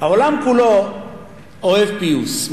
העולם כולו אוהב פיוס.